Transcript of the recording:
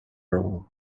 role